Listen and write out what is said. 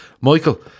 Michael